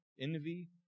envy